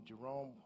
Jerome